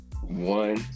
One